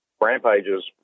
rampages